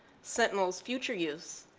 sentinel's future use,